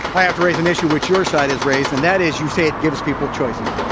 i have to raise an issue which your side has raised, and that is you say it gives people choices.